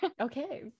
Okay